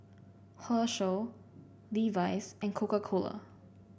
Herschel Levi's and Coca Cola